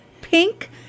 pink